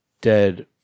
dead